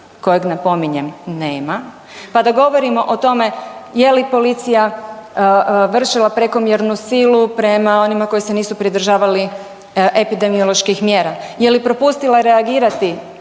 kojeg napominjem nema, pa da govorimo o tome je li policija vršila prekomjernu silu prema onima koji se nisu pridržavali epidemioloških mjera, je li propustila reagirati